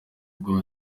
god